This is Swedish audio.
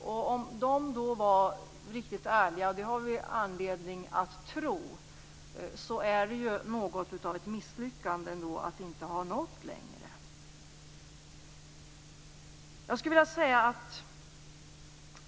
Om socialdemokraterna då var riktigt ärliga - och det har vi anledning att tro att de var - är det något av ett misslyckande att inte ha nått längre.